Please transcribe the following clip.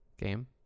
game